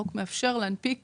החוק מאפשר להנפיק